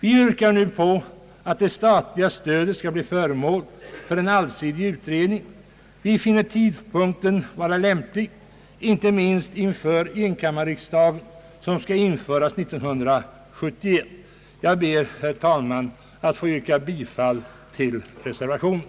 Vi yrkar nu på att det statliga partistödet skall bli föremål för en allsidig utredning, och vi finner tidpunkten lämplig inte minst med hänsyn till enkammarriksdagens införande 1971. Jag ber, herr talman, att få yrka bifall till reservationen.